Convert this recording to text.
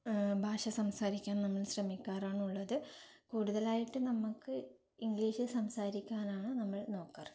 ഭാഷ സംസാരിക്കാൻ നമ്മൾ ശ്രമിക്കാറാണുള്ളത് കൂടുതലായിട്ട് നമുക്ക് ഇംഗ്ലീഷിൽ സംസാരിക്കാനാണ് നമ്മൾ നോക്കാറ്